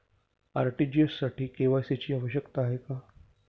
RTGS साठी KYC ची आवश्यकता आहे का?